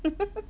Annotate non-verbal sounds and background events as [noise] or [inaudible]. [laughs]